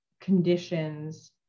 conditions